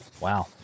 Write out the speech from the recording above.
Wow